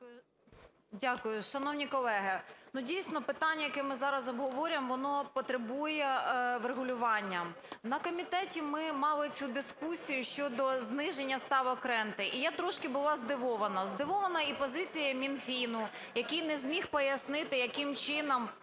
Дякую. Шановні колеги, дійсно, питання, яке ми зараз обговорюємо, воно потребує врегулювання. На комітеті ми мали цю дискусію щодо зниження ставок ренти, і я трошки була здивована. Здивована і позицією Мінфіну, який не зміг пояснити, яким чином